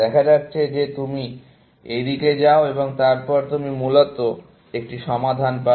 দেখা যাচ্ছে যে তুমি এই দিকে যাও এবং তারপরে তুমি মূলত একটি সমাধান পাবে